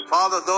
Father